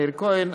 מאיר כהן,